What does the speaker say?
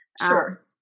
Sure